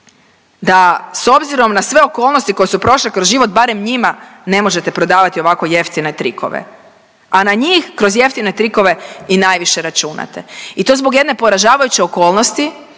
da s obzirom na sve okolnosti koje su prošle kroz život barem njima ne možete prodavati ovako jeftine trikove. A na njih kroz jeftine trikove i najviše računate i to zbog jedne poražavajuće okolnosti